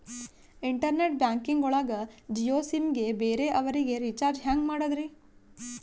Internet banking ಒಳಗ Jio sim ಗೆ ಬೇರೆ ಅವರಿಗೆ ರೀಚಾರ್ಜ್ ಹೆಂಗ್ ಮಾಡಿದ್ರಿ?